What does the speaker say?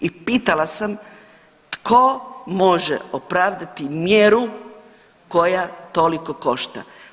I pitala sam tko može opravdati mjeru koja toliko košta?